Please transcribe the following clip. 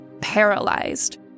paralyzed